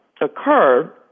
occur